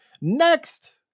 Next